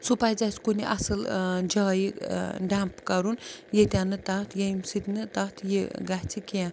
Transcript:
سُہ پَزِ اسہِ کُنہِ اصٕل ٲں جایہِ ٲں ڈمپ کَرُن ییٚتیٚن نہٕ تَتھ ییٚمہِ سۭتۍ نہٕ تَتھ یہِ گژھہِ کیٚنٛہہ